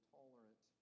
tolerant